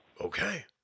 Okay